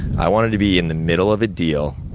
i wanted to be in the middle of a deal,